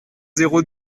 zéro